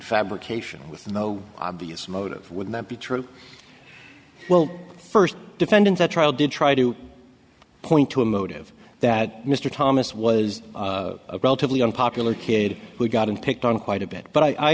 fabrication with no obvious motive would that be true well first defendant at trial did try to point to a motive that mr thomas was a relatively unpopular kid who got in picked on quite a bit but i